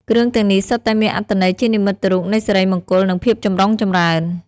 គ្រឿងទាំងនេះសុទ្ធតែមានអត្ថន័យជានិមិត្តរូបនៃសិរីមង្គល និងភាពចម្រុងចម្រើន។